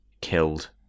killed